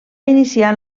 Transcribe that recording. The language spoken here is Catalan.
iniciar